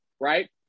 right